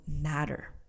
matter